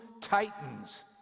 titans